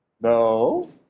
No